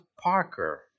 parker